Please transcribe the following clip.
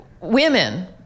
women